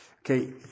Okay